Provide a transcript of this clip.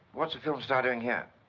what's a film star doing here?